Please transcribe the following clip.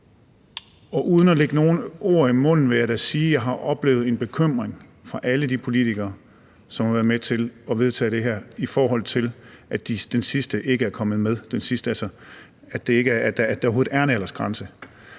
uden at lægge nogen ord i munden vil jeg da sige, at jeg har oplevet en bekymring fra alle de politikere, som har været med til at vedtage det her, over, at den sidste del ikke er kommet med: altså at der overhovedet er en aldersgrænse.